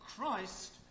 Christ